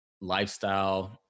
lifestyle